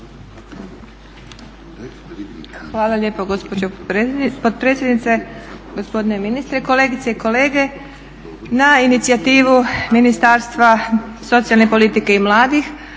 Hvala lijepo gospođo potpredsjednice. Gospodine ministre, kolegice i kolege. Na inicijativu Ministarstva socijalne politike i mladih